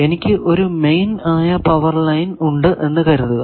എനിക്ക് ഒരു മെയിൻ ആയ പവർ ലൈൻ ഉണ്ട് എന്ന് കരുതുക